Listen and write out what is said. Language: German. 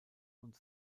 und